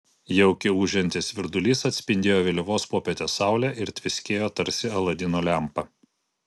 jaukiai ūžiantis virdulys atspindėjo vėlyvos popietės saulę ir tviskėjo tarsi aladino lempa